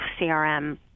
CRM